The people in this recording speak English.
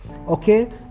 okay